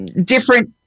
different